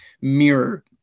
mirror